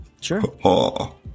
Sure